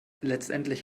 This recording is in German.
letztendlich